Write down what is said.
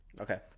Okay